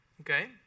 okay